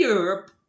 Europe